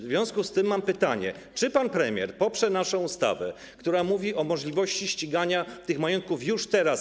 W związku z tym mam pytanie: Czy pan premier poprze naszą ustawę, która mówi o możliwości ścigania tych majątków już teraz?